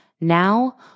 Now